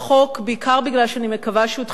בעיקר בגלל שאני מקווה שהוא תחילתו של